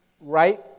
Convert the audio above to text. right